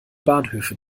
bahnhöfe